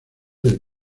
del